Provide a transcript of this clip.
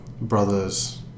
brothers